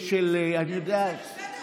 וזה בסדר?